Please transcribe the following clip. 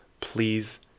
please